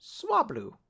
Swablu